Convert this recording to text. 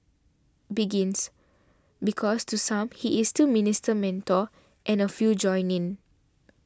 begins because to some he is still Minister Mentor and a few join in